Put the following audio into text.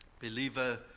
Believer